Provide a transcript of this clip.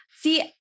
see